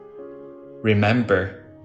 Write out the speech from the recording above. Remember